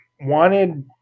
wanted